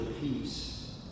peace